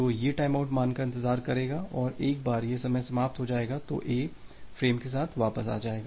तो A timeout मान का इंतजार करेगा और एक बार यह समय समाप्त हो जाएगा तो A फ्रेम के साथ वापस आ जाएगा